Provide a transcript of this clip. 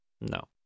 no